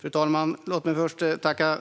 Fru talman! Låt mig först tacka